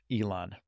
Elon